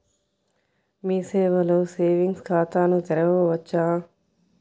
మీ సేవలో సేవింగ్స్ ఖాతాను తెరవవచ్చా?